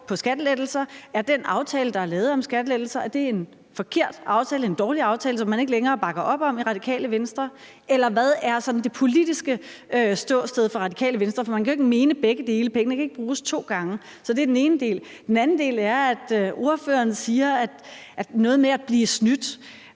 på skattelettelser? Er den aftale om skattelettelser, der er lavet, en forkert aftale, en dårlig aftale, som man ikke længere bakker op om i Radikale Venstre, eller hvad er sådan det politiske ståsted for Radikale Venstre? For man kan jo ikke mene begge dele. Pengene kan ikke bruges to gange. Det er den ene del. Den anden del er, at ordføreren taler om noget med at blive snydt.